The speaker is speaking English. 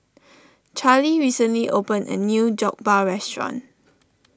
Charly recently opened a new Jokbal Restaurant